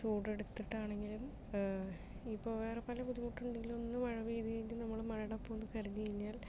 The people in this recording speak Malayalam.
ചൂടെടുത്തിട്ടാണെങ്കിലും ഇപ്പോൾ വേറെ പല ബുദ്ധിമുട്ടുകളും ഒന്ന് മഴ പെയ്തു കഴിഞ്ഞു നമ്മൾ മഴയോടൊപ്പം ഒന്ന് കിടന്നു കഴിഞ്ഞാൽ